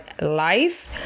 life